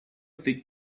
fig